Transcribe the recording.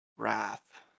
Wrath